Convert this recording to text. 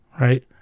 right